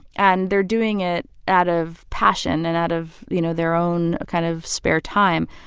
and they're doing it out of passion and out of, you know, their own, kind of, spare time.